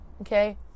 okay